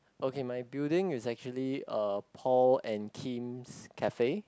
okay my building is actually uh Paul and Kim's cafe